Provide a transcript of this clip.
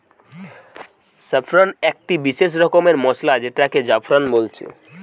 saffron একটি বিসেস রকমের মসলা যেটাকে জাফরান বলছে